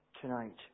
tonight